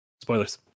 Spoilers